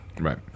Right